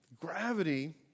Gravity